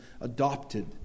adopted